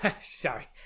Sorry